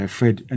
Fred